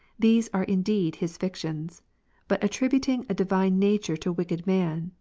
these are indeed his fictions but attri buting a divine nature to wicked men,